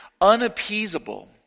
unappeasable